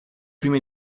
prima